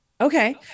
Okay